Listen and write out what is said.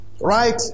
right